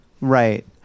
Right